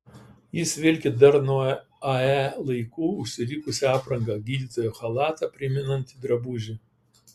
jis vilki dar nuo ae laikų užsilikusią aprangą gydytojo chalatą primenantį drabužį